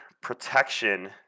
Protection